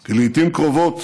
כי לעיתים קרובות